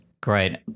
Great